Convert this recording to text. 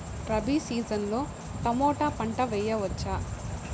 Rabi season లో tomato పంట వేయవచ్చా?